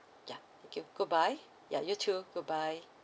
yeah thank you goodbye yeah you too goodbye